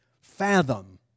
fathom